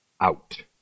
out